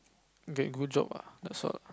get good job ah that's all